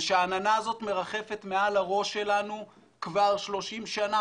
וכשהעננה הזאת מרחפת מעל הראש שלנו כבר 30 שנה,